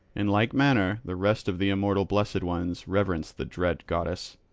in like manner the rest of the immortal blessed ones reverence the dread goddess.